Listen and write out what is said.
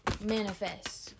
manifest